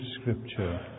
Scripture